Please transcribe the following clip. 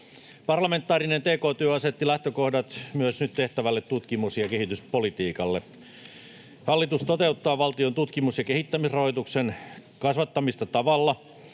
Parlamentaarinen tk-työ asetti lähtökohdat myös nyt tehtävälle tutkimus- ja kehityspolitiikalle. Hallitus toteuttaa valtion tutkimus- ja kehittämisrahoituksen kasvattamista tavalla,